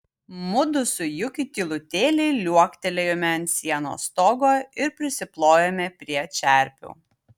mudu su juki tylutėliai liuoktelėjome ant sienos stogo ir prisiplojome prie čerpių